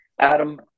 Adam